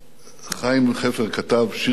חיים חפר כתב שיר קצר